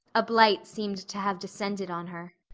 a blight seemed to have descended on her.